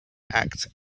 act